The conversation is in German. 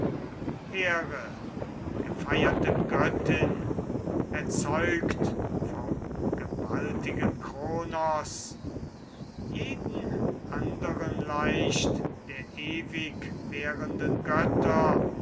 here gefeierte göttin erzeugt vorn gewaltigen kronos jeden anderen leicht der ewigwährenden götter